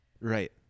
right